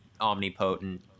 omnipotent